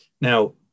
Now